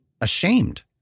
ashamed